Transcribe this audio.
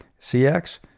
cx